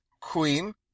Queen